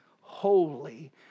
holy